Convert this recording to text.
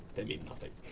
they mean nothing.